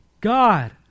God